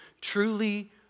truly